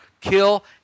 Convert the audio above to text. kill